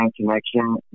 connection